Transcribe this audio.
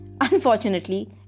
Unfortunately